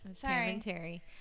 Sorry